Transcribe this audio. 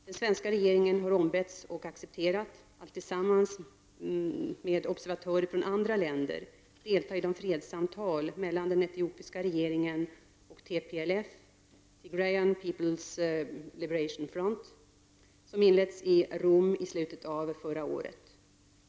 Den svenska regeringen har ombetts, och accepterat, att tillsammans med observatörer från andra länder delta i de fredssamtal mellan den etiopiska regeringen och TPLF som inletts i Rom i slutet av förra året.